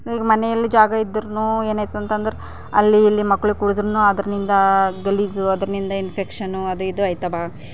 so ಈಗ ಮನೆಯಲ್ಲಿ ಜಾಗ ಇದ್ದರೂ ಏನಾಯ್ತಂತಂದ್ರೆ ಅಲ್ಲಿ ಇಲ್ಲಿ ಮಕ್ಕಳು ಕುಳಿತರೂನು ಅದರಿಂದ ಗಲೀಜು ಅದರಿಂದ ಇನ್ಫೆಕ್ಷನ್ನು ಅದು ಇದು ಆಯ್ತದ